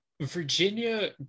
Virginia